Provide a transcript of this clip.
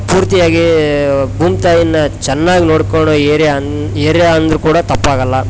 ಪೂರ್ತಿಯಾಗಿ ಭೂಮಿ ತಾಯಿನ ಚೆನ್ನಾಗಿ ನೋಡ್ಕೊಳೊ ಏರ್ಯಾ ಅನ್ ಏರಿಯಾ ಅಂದರು ಕೂಡ ತಪ್ಪಾಗಲ್ಲ